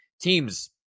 Teams